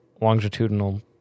longitudinal